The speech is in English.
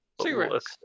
Cigarettes